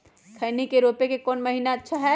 खैनी के रोप के कौन महीना अच्छा है?